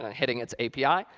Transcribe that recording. ah hitting its api.